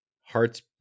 hearts